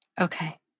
Okay